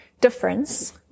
difference